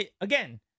again